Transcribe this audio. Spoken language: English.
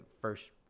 first